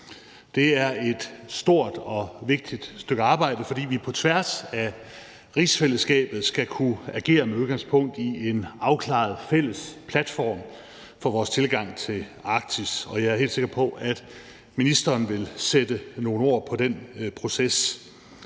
Det er et stort og vigtigt stykke arbejde, fordi vi på tværs af rigsfællesskabet skal kunne agere med udgangspunkt i en afklaret fælles platform for vores tilgang til Arktis. Og jeg er helt sikker på, at ministeren vil sætte nogle ord på den proces.